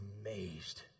amazed